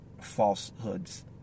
falsehoods